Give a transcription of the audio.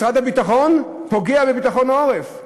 משרד הביטחון פוגע בביטחון העורף.